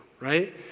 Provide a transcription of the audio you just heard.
right